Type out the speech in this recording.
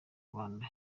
rwanda